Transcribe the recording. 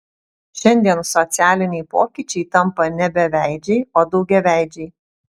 šiandien socialiniai pokyčiai tampa ne beveidžiai o daugiaveidžiai